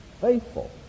Faithful